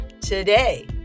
today